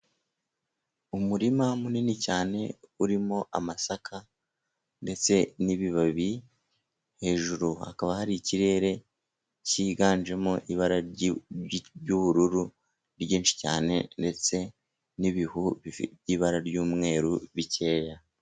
Umurima munini cyane urimo amasaka, ndetse n'ibibabi, hejuru hakaba hari ikirere cyiganjemo ibara ry'ubururu ryinshi cyane, ndetse n'ibihu ry'ibara ry'umweru bikeya.